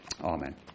Amen